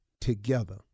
together